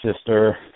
Sister